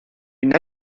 une